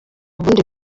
bundi